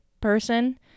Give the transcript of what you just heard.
person